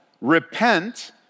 repent